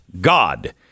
god